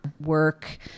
work